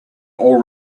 all